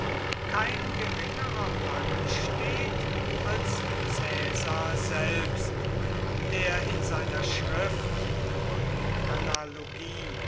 kein geringerer mann steht als caesar selbst der in seiner schrift über die analogie